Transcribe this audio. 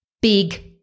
big